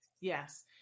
Yes